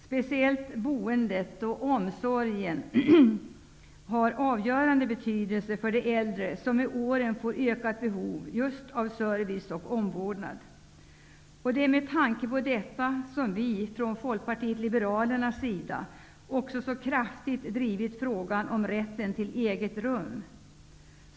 Speciellt boendet och omsorgen har avgörande betydelse för de äldre, som med åren får ett ökat behov av service och omvårdnad. Det är med tanke på detta som vi från Folkpartiet liberalernas sida så kraftigt drivit frågan om rätten till eget rum.